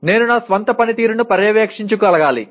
నేను నా స్వంత పనితీరును పర్యవేక్షించగలగాలి